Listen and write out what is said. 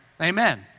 Amen